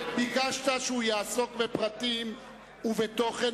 ביקשת שהוא יעסוק בפרטים ובתוכן,